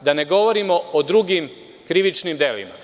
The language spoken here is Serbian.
da ne govorimo o drugim krivičnim delima.